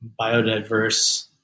biodiverse